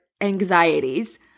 anxieties